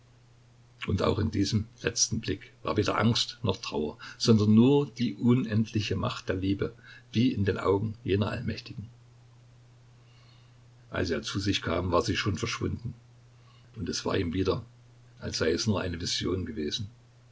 und auch in diesem letzten blick war weder angst noch trauer sondern nur die unendliche macht der liebe wie in den augen jener allmächtigen als er zu sich kam war sie schon verschwunden und es war ihm wieder als sei es nur eine vision gewesen